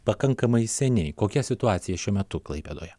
pakankamai seniai kokia situacija šiuo metu klaipėdoje